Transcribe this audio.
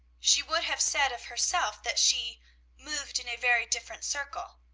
she would have said of herself that she moved in a very different circle,